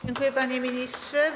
Dziękuję, panie ministrze.